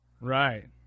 Right